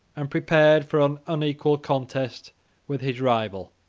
and prepared for an unequal contest with his rival,